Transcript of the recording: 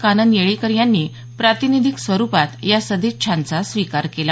कानन येळीकर यांनी प्रातिनिधिक स्वरुपात या सदिच्छांचा स्वीकार केला